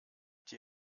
die